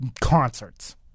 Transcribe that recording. concerts